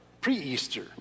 pre-Easter